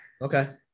Okay